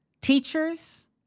teachers